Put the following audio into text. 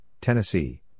Tennessee